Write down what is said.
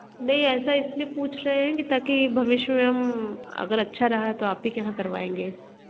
नहीं ऐसा इसलिए पूछ रहे हैं कि ताकि भविष्य में हम अगर अच्छा रहा तो आप ही कहाँ करवाएँगे